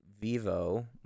Vivo